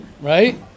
Right